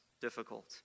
difficult